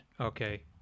Okay